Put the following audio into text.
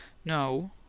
no.